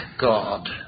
God